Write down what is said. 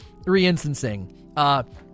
reinstancing